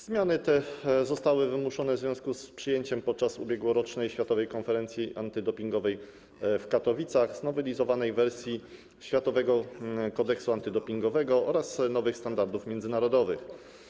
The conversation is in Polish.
Zmiany te zostały wymuszone w związku z przyjęciem podczas ubiegłorocznej Światowej Konferencji Antydopingowej w Katowicach znowelizowanej wersji Światowego Kodeksu Antydopingowego oraz nowych Standardów Międzynarodowych.